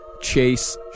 Chase